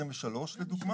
לדוגמה